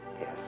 Yes